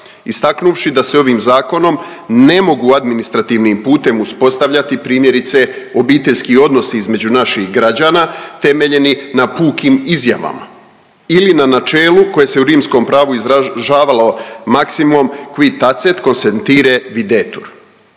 istaknuvši da se ovim zakonom ne mogu administrativnim putem uspostavljati primjerice obiteljski odnosi između naših građana temeljeni na pukim izjavama ili na načelu koje se u rimskom pravu izražavalo maksimom qui tacet consentire videtur.